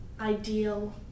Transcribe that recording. ideal